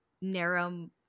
narrow